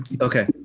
Okay